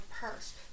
purse